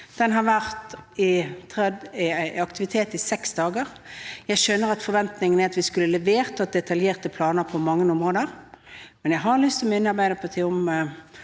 Den har vært i aktivitet i seks dager. Jeg skjønner at forventningene er at vi skulle ha levert, at vi skulle hatt detaljerte planer på mange områder, men jeg har lyst til å minne Arbeiderpartiet om